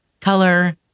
color